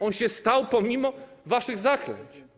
On się stał pomimo waszych zaklęć.